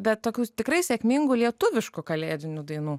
be tokių tikrai sėkmingų lietuviškų kalėdinių dainų